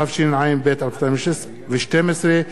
התשע"ב 2012,